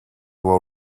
were